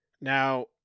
Now